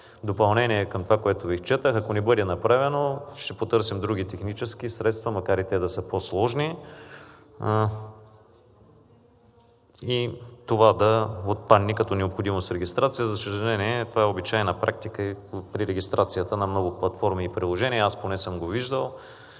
допълнение към това, което Ви изчетох, ако не бъде направено, ще потърсим други технически средства, макар и те да са по-сложни, и това да отпадне като необходимост при регистрация. За съжаление, това е обичайна практика и при регистрацията на много платформи и приложения, аз поне съм го виждал.